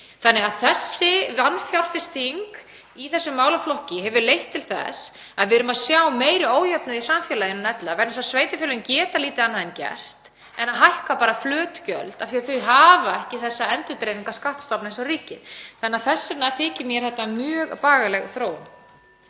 ríkið. Þessi vanfjárfesting í þessum málaflokki hefur leitt til þess að við erum að sjá meiri ójöfnuð í samfélaginu en ella vegna þess að sveitarfélögin geta lítið annað gert en að hækka bara flöt gjöld af því að þau hafa ekki þessa endurdreifingarskattstofna eins og ríki. Þess vegna þykir mér þetta mjög bagaleg þróun.